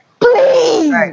please